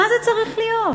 מה זה צריך להיות?